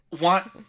Want